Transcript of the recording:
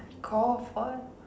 call phone